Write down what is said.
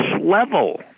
level